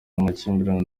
n’amakimbirane